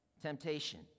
Temptation